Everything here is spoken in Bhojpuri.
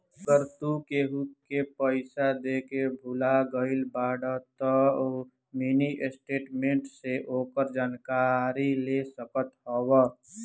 अगर तू केहू के पईसा देके भूला गईल बाड़ऽ तअ मिनी स्टेटमेंट से ओकर जानकारी ले सकत हवअ